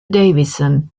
davison